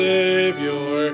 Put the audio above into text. Savior